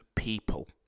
people